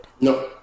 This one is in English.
no